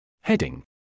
Heading